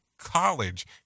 college